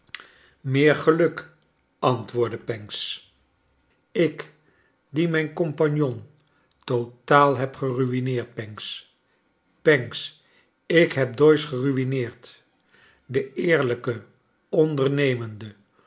meer geluk antwoordde pancks ik die mijn compagnon totaal heb gerumeerd pancks pancks ik heb doyce gerumeerd de eerlijke ondernemende